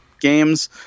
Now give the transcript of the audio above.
games